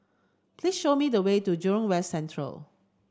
please show me the way to Jurong West Central